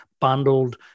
bundled